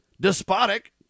despotic